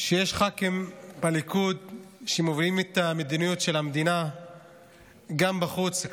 אנחנו רואים שיש ח"כים בליכוד שמובילים את המדיניות של המדינה גם בחוץ,